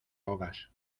ahogas